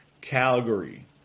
Calgary